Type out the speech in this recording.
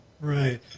Right